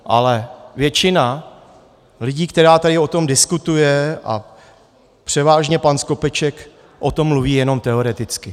Ale většina lidí, která tady o tom diskutuje, a převážně pan Skopeček, o tom mluví jen teoreticky.